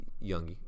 young